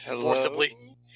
forcibly